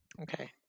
Okay